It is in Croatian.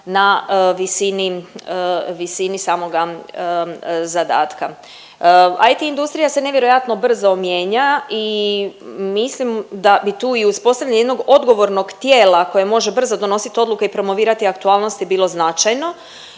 visini samoga zadatka. IT industrija se nevjerojatno brzo mijenja i mislim da bi tu i uspostavljanje jednog odgovornog tijela koje može brzo donosit odluke i promovirati aktualnosti bilo značajno